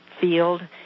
field